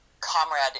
comrade